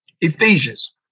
Ephesians